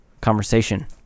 conversation